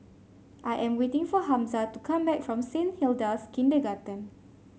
I am waiting for Hamza to come back from Saint Hilda's Kindergarten